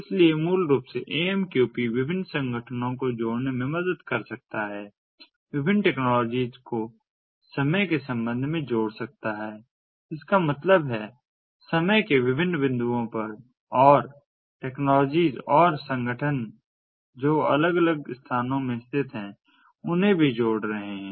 इसलिए मूल रूप से AMQP विभिन्न संगठनों को जोड़ने में मदद कर सकता है विभिन्न टेक्नोलॉजीज को समय के संबंध में जोड़ सकता है इसका मतलब है समय के विभिन्न बिंदुओं पर और टेक्नोलॉजीज और संगठन जो अलग अलग स्थानों में स्थित हैं उन्हें भी जोड़ रहे हैं